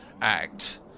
act